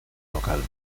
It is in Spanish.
local